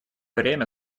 время